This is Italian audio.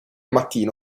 mattino